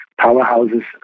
powerhouses